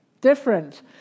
different